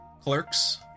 Clerks